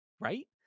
Right